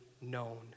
known